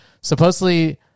supposedly